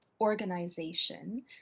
organization